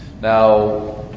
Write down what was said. Now